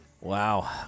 wow